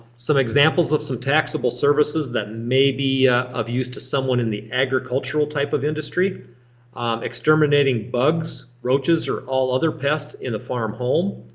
some examples of some taxable services that may be of use to someone in the agricultural type of industry exterminating bugs, roaches, or all other pests in a farm home.